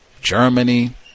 Germany